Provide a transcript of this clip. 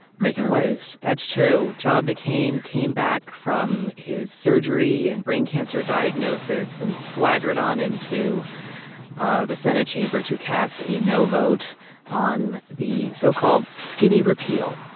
making waves that's true. john mccain came back from his surgery and brain cancer diagnosis and swaggered on into ah the senate chamber to cast a no vote on the so-called skinny repeal,